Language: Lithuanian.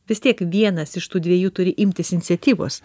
vis tiek vienas iš tų dviejų turi imtis iniciatyvos